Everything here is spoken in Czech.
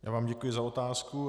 Já vám děkuji za otázku.